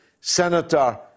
Senator